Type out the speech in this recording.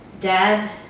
Dad